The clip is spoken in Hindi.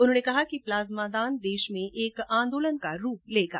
उन्होने कहा कि प्लाज्मा दान देश में एक आंदोलन का रूप लेगा